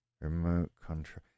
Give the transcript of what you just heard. Remote-control